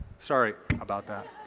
sorry about that.